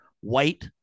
white